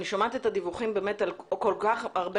אני שומעת את הדיווחים על כל כך הרבה